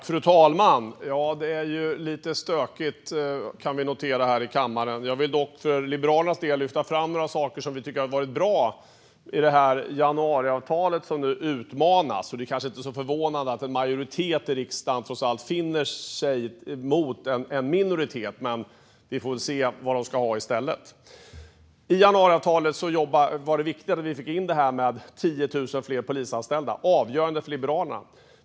Fru talman! Det är lite stökigt här i kammaren, kan vi notera. Jag vill dock för Liberalernas del lyfta fram några saker som vi tycker har varit bra i januariavtalet, som nu utmanas. Det kanske inte är så förvånande att en majoritet i riksdagen finner sig stå mot en minoritet. Men vi får väl se vad de ska ha i stället. I januariavtalet var det viktigt att vi fick in detta med 10 000 fler polisanställda - avgörande för Liberalerna.